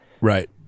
right